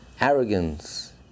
arrogance